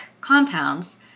compounds